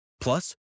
Plus